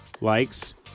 likes